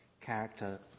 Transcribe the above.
character